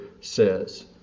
says